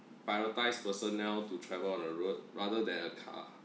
prioritise personnel to travel on a road rather than a car